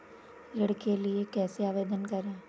ऋण के लिए कैसे आवेदन करें?